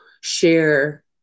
share